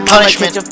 punishment